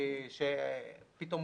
פתאום